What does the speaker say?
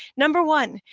number one,